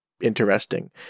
interesting